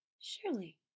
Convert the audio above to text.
Surely